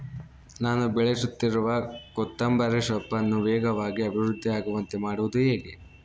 ನಾನು ಬೆಳೆಸುತ್ತಿರುವ ಕೊತ್ತಂಬರಿ ಸೊಪ್ಪನ್ನು ವೇಗವಾಗಿ ಅಭಿವೃದ್ಧಿ ಆಗುವಂತೆ ಮಾಡುವುದು ಹೇಗೆ?